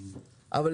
בבקשה.